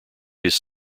his